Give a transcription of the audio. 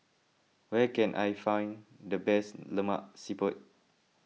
where can I find the best Lemak Siput